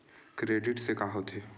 Credit से का होथे?